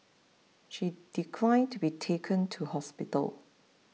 she declined to be taken to hospital